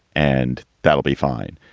and that'll be fine.